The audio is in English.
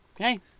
Okay